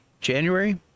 January